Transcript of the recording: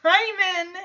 Simon